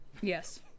yes